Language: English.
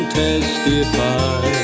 testify